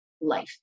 life